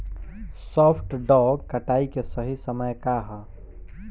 सॉफ्ट dough कटाई के सही समय का ह?